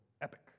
epic